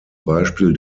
beispiel